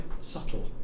subtle